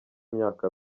imyaka